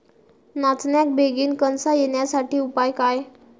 नाचण्याक बेगीन कणसा येण्यासाठी उपाय काय?